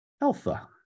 alpha